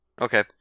Okay